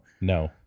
No